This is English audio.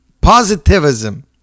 positivism